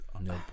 Nope